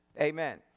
Amen